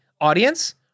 audience